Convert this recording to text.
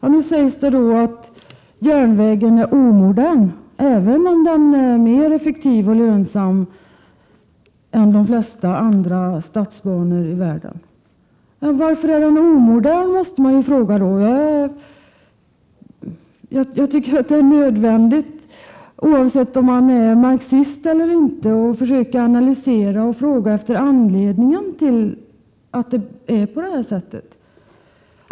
Det sägs nu att järnvägen är omodern, även om den är mer effektiv och lönsam än de flesta andra statsbanor i världen. Man måste då fråga sig varför den är omodern. Oavsett om man är marxist eller inte tycker jag att det är nödvändigt att man försöker analysera och efterfråga anledningen till att det är på det här sättet.